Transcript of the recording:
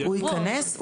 הוא ייכנס.